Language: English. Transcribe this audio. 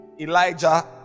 Elijah